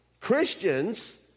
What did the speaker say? Christians